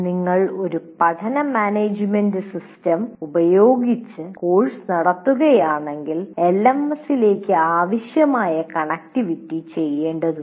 നിങ്ങൾ ഒരു പഠന മാനേജുമെന്റ് സിസ്റ്റം ഉപയോഗിച്ച് കോഴ്സ് നടത്തുകയാണെങ്കിൽ എൽഎംഎസിലേക്ക് ആവശ്യമായ കണക്റ്റിവിറ്റി ചെയ്യേണ്ടതുണ്ട്